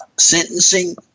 Sentencing